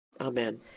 Amen